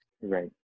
right